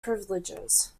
privileges